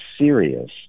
serious